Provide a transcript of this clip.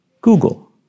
Google